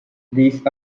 these